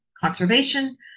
conservation